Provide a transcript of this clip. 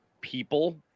people